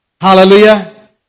Hallelujah